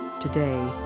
today